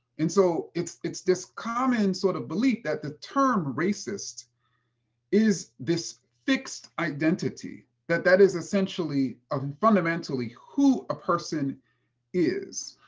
and so it's it's this common sort of belief that the term racist is this fixed identity. that that is essentially and fundamentally who a person is.